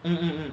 mm mm mm